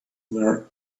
were